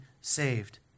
saved